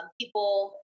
people